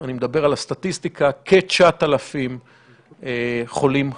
אני מדבר על הסטטיסטיקה כ-9,000 חולים חדשים.